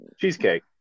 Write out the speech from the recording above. cheesecake